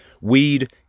weed